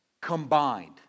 Combined